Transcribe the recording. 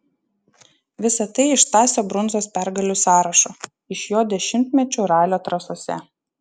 visa tai iš stasio brundzos pergalių sąrašo iš jo dešimtmečių ralio trasose